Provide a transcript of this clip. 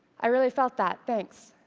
i really felt that. thanks.